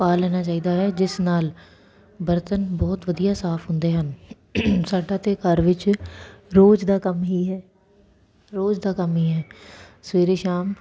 ਪਾ ਲੈਣਾ ਚਾਹੀਦਾ ਹੈ ਜਿਸ ਨਾਲ ਬਰਤਨ ਬਹੁਤ ਵਧੀਆ ਸਾਫ ਹੁੰਦੇ ਹਨ ਸਾਡਾ ਤੇ ਘਰ ਵਿੱਚ ਰੋਜ਼ ਦਾ ਕੰਮ ਹੀ ਹੈ ਰੋਜ਼ ਦਾ ਕੰਮ ਹੀ ਹੈ ਸਵੇਰੇ ਸ਼ਾਮ